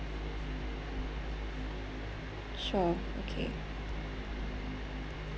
sure okay